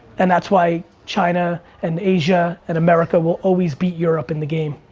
and that's why china and asia and america will always beat europe in the game.